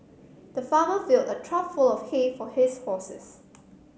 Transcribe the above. the farmer filled a trough full of hay for his horses